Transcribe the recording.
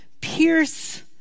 pierce